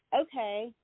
okay